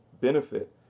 benefit